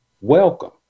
welcome